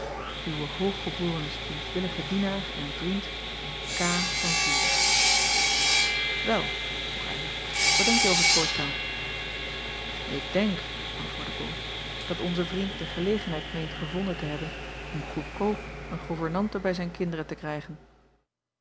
w ooggebs v ienaar en vriend van irik el vroeg ylar wat denkje over het voorstel k denk antwoordde ol dat onze vriend de gelegenheid meent gevonden te hebben om goedkoop een goevernante bij zijn kinderen te krijgen